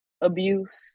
abuse